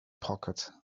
pocket